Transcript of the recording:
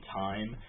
time